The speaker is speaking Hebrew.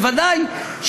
בוודאי,